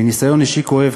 מניסיון אישי כואב,